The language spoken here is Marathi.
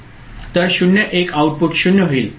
तर 0 1 आउटपुट 0 होईल